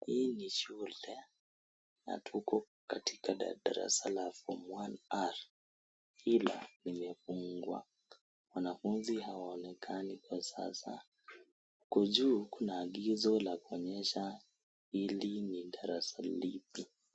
Hii ni shule, na tuko katika darasa la form 1R , ila limefungwa. Wanafunzi hawaonekani kwa sasa. Huko juu, juu kuna agizo la kuonyesha hili ni darasa lipi.